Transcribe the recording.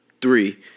three